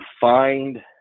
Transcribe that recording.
find